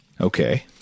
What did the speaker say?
Okay